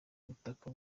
butaka